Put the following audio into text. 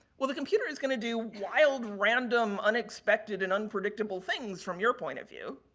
well the computer is going to do wild random unexpected and unpredictable things from your point of view.